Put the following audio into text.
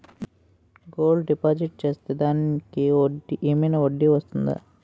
Gold deposit చేస్తే దానికి ఏమైనా వడ్డీ వస్తుందా?